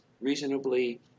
reasonably